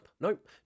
Nope